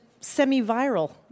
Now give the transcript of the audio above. semi-viral